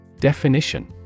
Definition